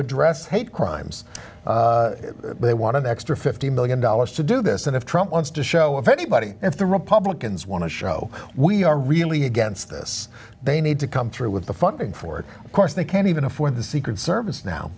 address hate crimes they want to extra fifty million dollars to do this and if trump wants to show if anybody if the republicans want to show we are really against this they need to come through with the funding for it of course they can't even afford the secret service now